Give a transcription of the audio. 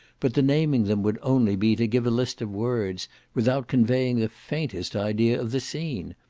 but the naming them would only be to give a list of words without conveying the faintest idea of the scene.